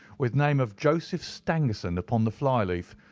with name of joseph stangerson upon the fly-leaf.